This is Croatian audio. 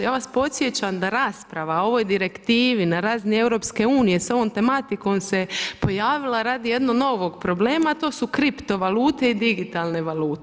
Ja vas podsjećam da rasprava o ovoj direktivi na razini EU s ovom tematikom se pojavila radi jednog novog problema, a to su kripto valute i digitalne valute.